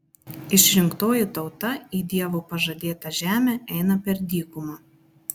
išrinktoji tauta į dievo pažadėtą žemę eina per dykumą